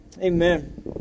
amen